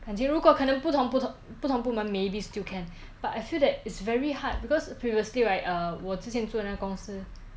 等级如过可能不同不同不同部门 maybe still can but I feel that is very hard because previously right err 我之前做那个公司